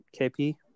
KP